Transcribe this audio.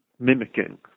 mimicking